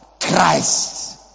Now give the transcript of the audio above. Christ